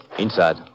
inside